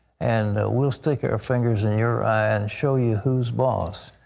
and we'll stick our fingers in your eye and show you who is boss.